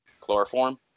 Chloroform